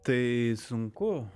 tai sunku